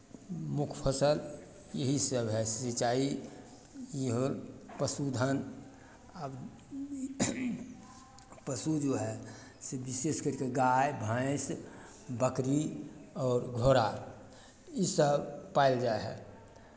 मुख्य फसल यही सभ हए सिँचाइ इहो पशुधन अब पशु जो हए से विशेष करि कऽ गाय भैँस बकरी आओर घोड़ा इसभ पायल जाइ हए